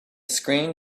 screen